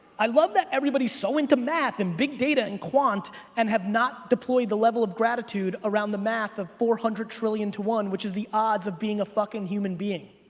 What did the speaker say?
i love that everybody's so into math and big data and quant and have not deployed the level of gratitude around the math of four hundred trillion to one, which is the odds of being a fucking human being.